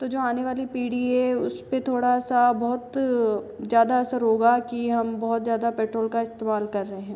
तो जो आने वाली पीढ़ी है उस पर थोड़ा सा बहुत ज़्यादा असर होगा की हम बहुत ज़्यादा पेट्रोल का इस्तेमाल कर रहे हैं